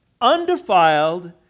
undefiled